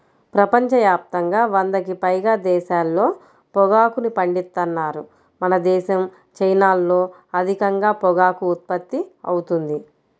ప్రపంచ యాప్తంగా వందకి పైగా దేశాల్లో పొగాకుని పండిత్తన్నారు మనదేశం, చైనాల్లో అధికంగా పొగాకు ఉత్పత్తి అవుతుంది